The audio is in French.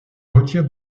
retire